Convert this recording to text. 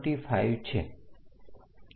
75 છે